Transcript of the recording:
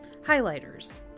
highlighters